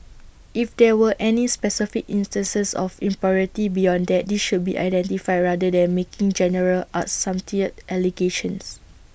if there were any specific instances of impropriety beyond that these should be identified rather than making general allegations